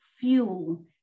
fuel